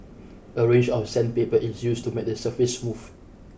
a range of sandpaper is used to make the surface smooth